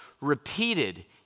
repeated